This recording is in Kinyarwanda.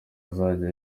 azajya